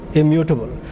immutable